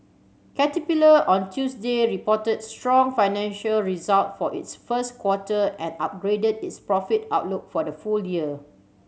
caterpillar on Tuesday reported strong financial result for its first quarter and upgraded its profit outlook for the full year